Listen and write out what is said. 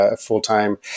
full-time